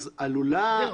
זהו,